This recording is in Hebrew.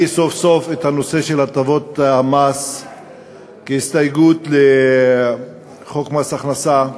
סוף-סוף את הנושא של הטבות המס כהסתייגות לחוק מס הכנסה,